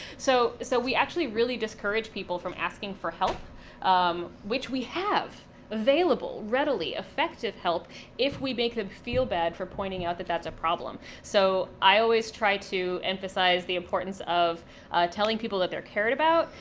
so so we actually really discourage people from asking for help um which we have available, readily, effective help if we make them feel bad for pointing out that that's a problem. so i always try to emphasize the importance of telling people that they're cared about,